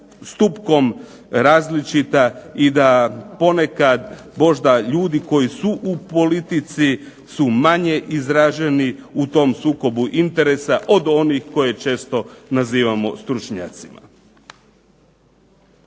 stupkom različita i da ponekad možda ljudi koji su u politici su manje izraženi u tom sukobu interesa od onih koje često nazivamo stručnjacima.